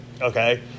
okay